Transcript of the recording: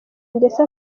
ndetse